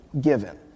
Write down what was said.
given